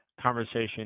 conversation